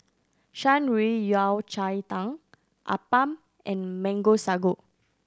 Shan Rui Yao Cai Tang appam and Mango Sago